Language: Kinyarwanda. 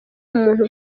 umuntu